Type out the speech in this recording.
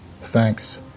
Thanks